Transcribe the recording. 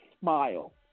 smile